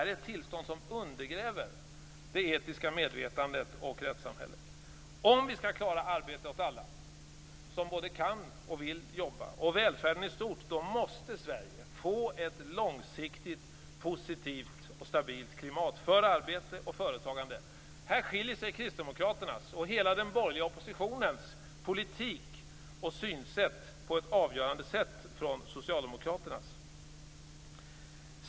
Detta är ett tillstånd som undergräver det etiska medvetandet och rättssamhället. Här skiljer sig Kristdemokraternas och hela den borgerliga oppositionens politik och synsätt på ett avgörande sätt från Socialdemokraternas.